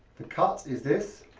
the cut is this.